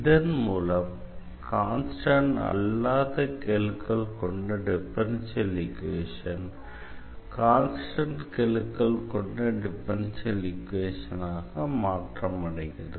இதன் மூலம் கான்ஸ்டண்ட் அல்லாத கெழுக்கள் கொண்ட டிஃபரன்ஷியல் ஈக்வேஷன் கான்ஸ்டண்ட் கெழுக்கள் கொண்ட டிஃபரன்ஷியல் ஈக்வேஷனாக மாற்றம் அடைகிறது